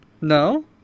No